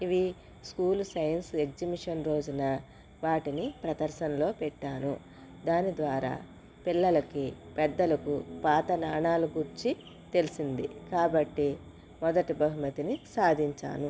ఇవి school science exhibition రోజున వాటిని ప్రదర్శనలో పెట్టారు దాని ద్వారా పిల్లలకి పెద్దలకు పాత నాణాల గురించి తెలిసింది కాబట్టి మొదటి బహుమతిని సాధించాను